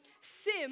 Sim